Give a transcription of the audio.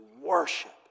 worship